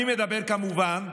אני מדבר, כמובן,